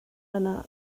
yna